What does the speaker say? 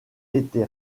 été